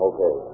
Okay